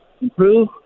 improve